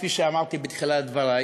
כפי שאמרתי בתחילת דברי,